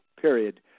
period